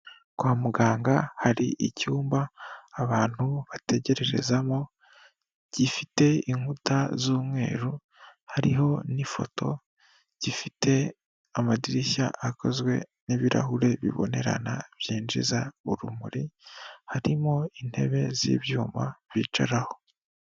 Kwa muganga hari icyumba abantu bategerererezamo gifite inkuta z'umweru hariho n'ifoto gifite amadirishya akozwe n'ibirahure bibonerana byinjiza urumuri harimo intebe z'ibyuma bicaraho.